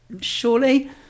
Surely